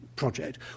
project